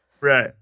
Right